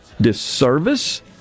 disservice